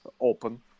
open